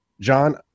John